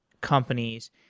companies